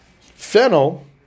Fennel